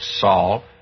Saul